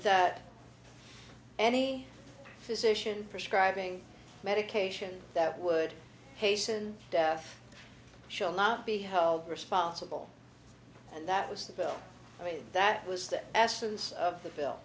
that any physician prescribing medication that would hasten death shall not be held responsible and that was the bill i mean that was the absence of the bill